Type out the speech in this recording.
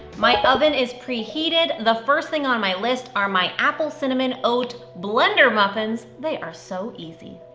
my oven is preheated. the first thing on my list are my apple cinnamon oat blender muffins. they are so easy.